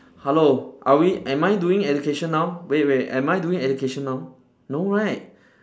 hello are we am I doing education now wait wait am I doing education now no right